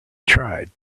tried